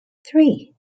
three